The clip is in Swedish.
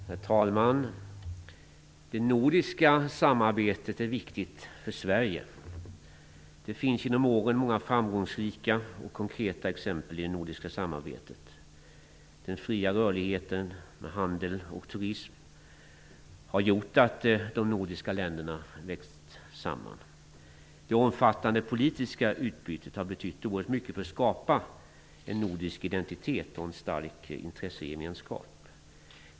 Herr talman! Det nordiska samarbetet är viktigt för Sverige. Det har under åren funnit många framgångsrika och konkreta exempel på det nordiska samarbetet. Den fria rörligheten med handel och turism har gjort att de nordiska länderna växt samman. Det omfattande politiska utbytet har betytt oerhört mycket för att skapa en nordisk identitet och en stark intressegemenskap.